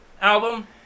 album